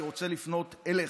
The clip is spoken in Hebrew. אני רוצה לפנות אליך.